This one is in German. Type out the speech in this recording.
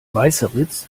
weißeritz